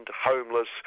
homeless